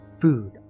food